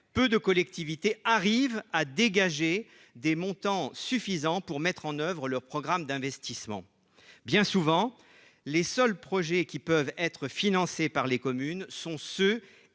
peu de collectivités parviennent à dégager les montants suffisants pour mettre en oeuvre leurs programmes d'investissement. Bien souvent, les seuls projets qui peuvent être financés par les communes sont ceux